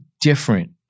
different